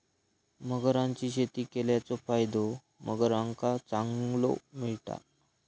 मगरांची शेती केल्याचो फायदो मगरांका चांगलो मिळता